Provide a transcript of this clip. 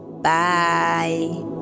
Bye